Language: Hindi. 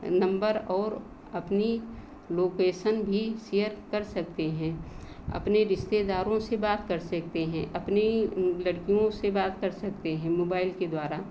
नंबर और अपनी लोकेशन भी शेयर कर सकते हैं अपने रिश्तेदारों से बात कर सकते हैं अपनी लड़कियों से बात कर सकते हैं मोबाइल के द्वारा